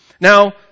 Now